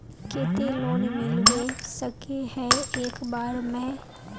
केते लोन मिलबे सके है एक बार में?